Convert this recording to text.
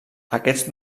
aquests